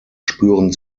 spüren